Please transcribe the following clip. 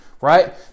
right